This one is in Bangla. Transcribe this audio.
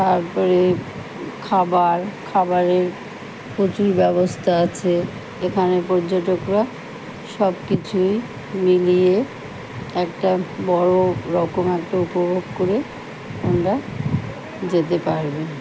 তারপরে খাবার খাবারের প্রচুর ব্যবস্থা আছে এখানে পর্যটকরা সবকিছুই মিলিয়ে একটা বড় রকম একটা উপভোগ করে ওরা যেতে পারবেন